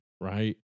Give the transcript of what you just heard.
right